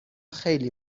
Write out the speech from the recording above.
خیلی